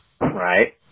Right